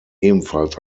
ebenfalls